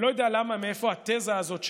אני לא יודע מאיפה התזה הזאת שלך,